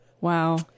Wow